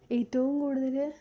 ഏറ്റവും കൂടുതൽ